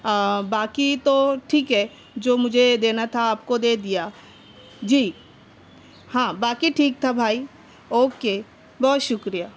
باقی تو ٹھیک ہے جو مجھے دینا تھا آپ کو دے دیا جی ہاں باقی ٹھیک تھا بھائی اوکے بہت شکریہ